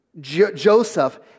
Joseph